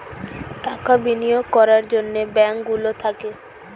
টাকা বিনিয়োগ করার জন্যে ব্যাঙ্ক গুলো থাকে